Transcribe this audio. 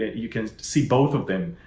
you can see both of them.